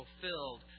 fulfilled